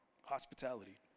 Hospitality